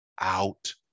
out